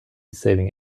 savings